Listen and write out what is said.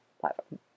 platform